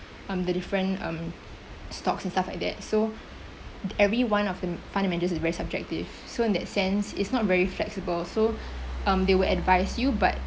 um the different um stocks and stuff like that so every one of the fund manager is very subjective so in that sense it's not very flexible so um they would advise you but